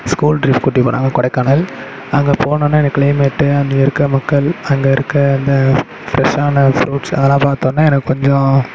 school trip கூட்டி போகிறாங்க கொடைக்கானல் அங்கே போனோன்னே எனக்கு கிளைமேட்டு அங்கே இருக்கிற மக்கள் அங்கே இருக்க அந்த ஃப்ரெஷ்ஷான ஃப்ரூட்ஸ் அதலாம் பார்த்தோன்னே எனக்கு கொஞ்சம்